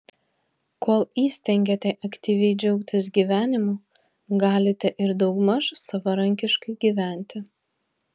kol įstengiate aktyviai džiaugtis gyvenimu galite ir daugmaž savarankiškai gyventi